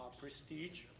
prestige